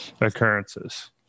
occurrences